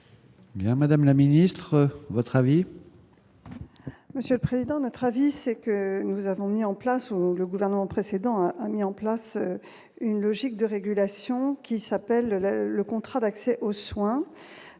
Madame la Ministre votre avis.